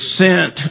sent